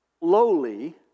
Lowly